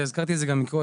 הזכרתי את זה גם קודם.